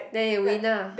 then you win lah